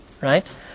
right